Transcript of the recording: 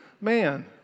man